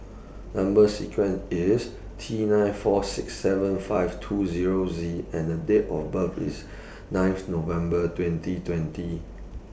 Number sequence IS T nine four six seven five two Zero Z and Date of birth IS ninth November twenty twenty